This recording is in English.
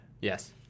Yes